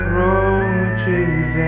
roaches